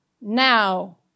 now